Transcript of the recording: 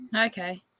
okay